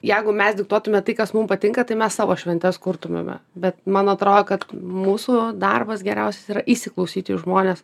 jeigu mes diktuotumėte tai kas mums patinka tai mes savo šventes kurtumėme bet man atrodo kad mūsų darbas geriausias yra įsiklausyti į žmones